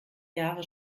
jahre